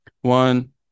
One